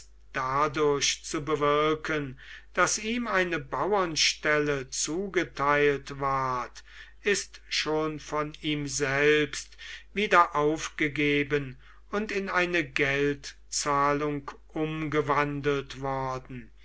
dadurch zu bewirken daß ihm eine bauernstelle zugeteilt ward ist schon von ihm selbst wieder aufgegeben und in eine geldzahlung umgewandelt worden